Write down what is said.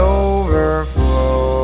overflow